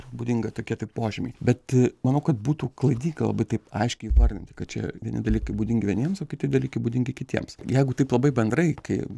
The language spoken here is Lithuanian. būdinga tokie tai požymiai bet manau kad būtų klaidinga labai taip aiškiai įvardinti kad čia vieni dalykai būdingi vieniems o kiti dalykai būdingi kitiems jeigu taip labai bendrai kai